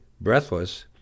breathless